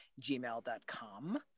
gmail.com